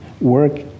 work